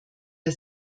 der